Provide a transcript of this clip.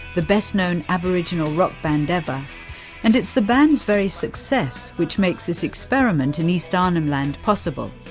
the best known aboriginal rock band ever and it's the band's very success which makes this experiment in east arnhem land possible.